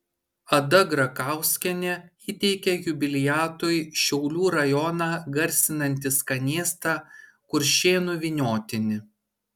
ada grakauskienė įteikė jubiliatui šiaulių rajoną garsinantį skanėstą kuršėnų vyniotinį